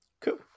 cool